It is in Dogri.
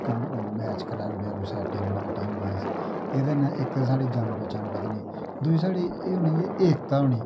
मैच कराई ओड़ेओ कुसै टीमा टीम बाइज एह्दे नै इक ते साढ़ी जान पैह्चान बधनी दूई साढ़ी एह् होनी जा एकता होनी